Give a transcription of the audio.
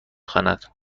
خواند